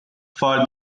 for